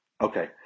Okay